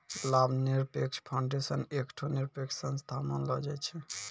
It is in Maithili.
लाभ निरपेक्ष फाउंडेशन एकठो निरपेक्ष संस्था मानलो जाय छै